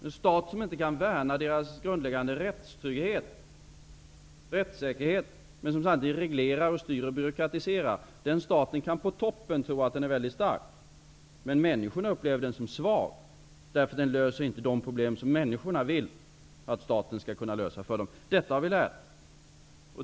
En stat som inte kan värna deras grundläggande rättssäkerhet, men som samtidigt reglerar, styr och byråkratiserar, kan för dem som finns på toppen verka väldigt stark. Men människorna upplever den som svag, därför att den inte löser de problem som människorna vill att staten skall kunna lösa för dem. Detta har vi lärt.